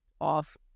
off